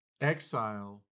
exile